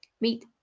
Meet